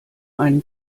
einen